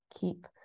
keep